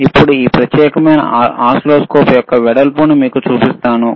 ఇప్పుడు ఈ ప్రత్యేకమైన ఓసిల్లోస్కోప్ యొక్క వెడల్పును మీకు చూపిస్తాను